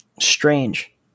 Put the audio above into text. strange